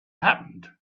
happened